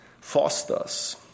fosters